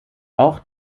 auch